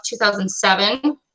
2007